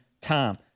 time